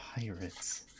pirates